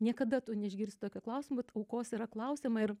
niekada tu neišgirsi tokio klausimo vat aukos yra klausiama ir